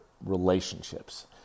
relationships